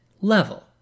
level